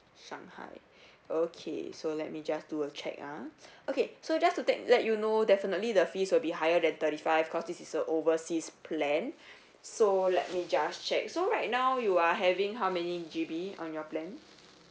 shanghai okay so let me just do a check ah okay so just to take let you know definitely the fees will be higher than thirty five cause this is a overseas plan so let me just check so right now you are having how many G_B on your plan